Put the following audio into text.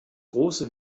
große